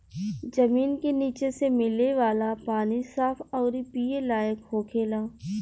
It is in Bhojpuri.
जमीन के निचे से मिले वाला पानी साफ अउरी पिए लायक होखेला